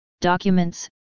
documents